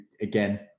again